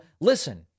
listen